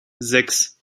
sechs